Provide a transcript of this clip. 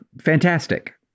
fantastic